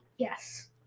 Yes